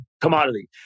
commodity